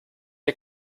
ihr